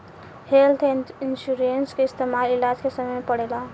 health insurance के इस्तमाल इलाज के समय में पड़ेला